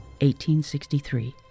1863